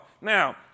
Now